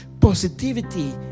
positivity